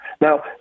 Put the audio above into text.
Now